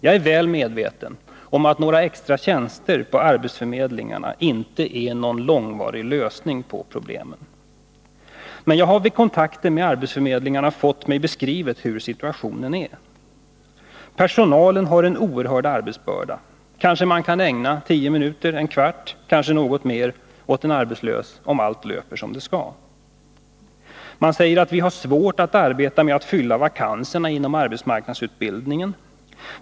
Jag är väl medveten om att några extra tjänster på arbetsförmedlingarna inte innebär någon långvarig lösning på problemen, men jag har vid kontakter med arbetsförmedlingar fått mig beskrivet hur situationen är. Personalen har en oerhörd arbetsbörda — man kanske kan ägna 10 minuter, en kvart eller något mer åt en arbetslös om allt löper som det skall. Vi har svårt att arbeta med att fylla vakanserna inom arbetsmarknadsutbildningen, säger man.